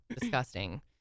disgusting